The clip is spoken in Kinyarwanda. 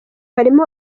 harimo